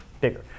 bigger